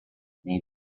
nei